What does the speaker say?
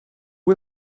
est